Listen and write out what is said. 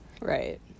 Right